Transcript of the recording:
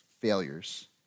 failures